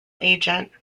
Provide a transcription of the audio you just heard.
agent